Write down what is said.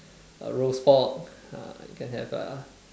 uh roast pork ah you can have uh